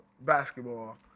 basketball